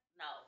no